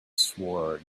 swore